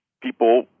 People